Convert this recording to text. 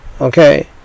Okay